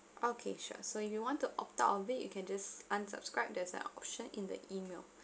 okay sure so if you want to opt out of it you can just unsubscribe there's an option in the email